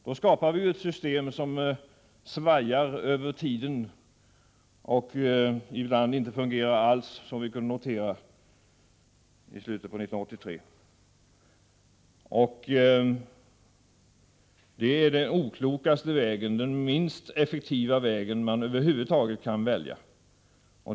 Då skapar vi ett system som ”svajar” över tiden och ibland inte fungerar alls, som vi kunde notera i slutet av 1983. Det är den mest okloka och minst effektiva väg man över huvud taget kan välja.